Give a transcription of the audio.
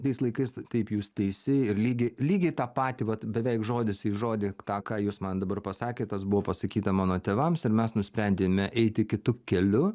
tais laikais taip jūs teisi ir lygiai lygiai tą patį vat beveik žodis į žodį tą ką jūs man dabar pasakėt tas buvo pasakyta mano tėvams ir mes nusprendėme eiti kitu keliu